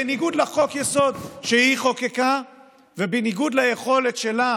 בניגוד לחוק-יסוד שהיא חוקקה ובניגוד ליכולת שלה